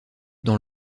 dans